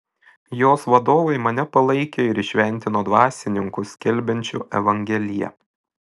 jos vadovai mane palaikė ir įšventino dvasininku skelbiančiu evangeliją